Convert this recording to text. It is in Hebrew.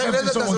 עכשיו תרשום אותי.